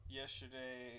yesterday